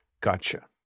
Gotcha